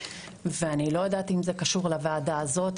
אני לא יודעת אם זה קשור לוועדה הזו,